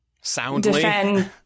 soundly